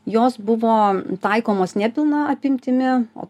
jos buvo taikomos ne pilna apimtimi o